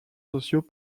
sociaux